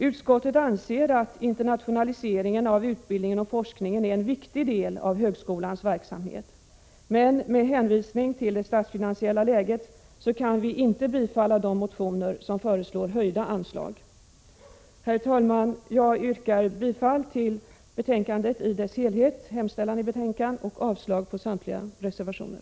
Utskottet anser att internationaliseringen av utbildningen och forskningen är en viktig del av högskolans verksamhet, men med hänvisning till det statsfinansiella läget kan vi inte tillstyrka bifall till de motioner som föreslår höjda anslag. Herr talman! Jag yrkar bifall till utskottets hemställan i dess helhet i detta betänkande, vilket innebär avslag på samtliga reservationer.